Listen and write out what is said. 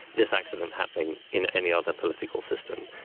this accident happening in any other political system.